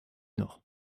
nord